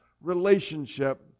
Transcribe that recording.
relationship